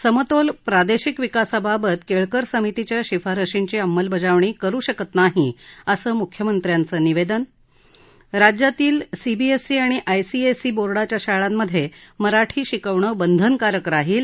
समतोल प्रादेशिक विकासाबाबत केळकर समितीच्या शिफारशींची अंमलबजावणी करू शकत नाही असं मुख्यमंत्र्यांचं निवेदन राज्यातील सीबीएससी आणि आयसीएसई बोर्डाच्या शाळांमध्ये मराठी शिकवणे बंधनकारक राहील